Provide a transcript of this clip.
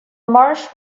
marsh